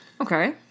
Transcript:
Okay